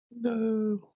No